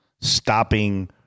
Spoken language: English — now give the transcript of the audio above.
stopping